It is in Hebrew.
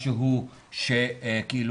משהו נקלה,